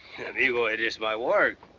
amigo, it is my work.